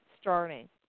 starting